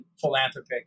philanthropic